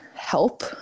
Help